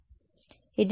విద్యార్థి స్వయంచాలకంగా